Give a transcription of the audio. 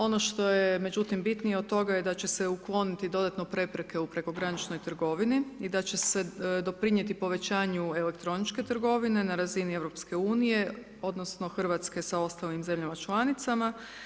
Ono što je međutim, bitnije od toga, da će se u kloniti dodatno prepreke u prekograničnoj trgovini i da će se doprinijeti povećanju elektroničke trgovine na razini EU, odnosno, Hrvatske sa ostalim zemljama članicama.